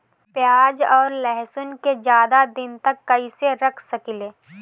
प्याज और लहसुन के ज्यादा दिन तक कइसे रख सकिले?